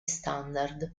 standard